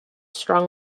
strong